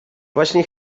właśnie